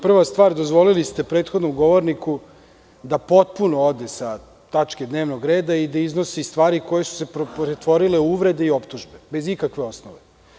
Prva stvar, dozvolili ste prethodnom govorniku da potpuno ode sa tačke dnevnog reda i da iznosi stvari koje su se pretvorile u uvrede i optužbe, a bez ikakve osnove.